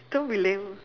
don't be lame